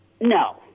No